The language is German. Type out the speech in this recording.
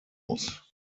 muss